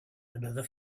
another